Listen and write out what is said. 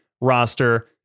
roster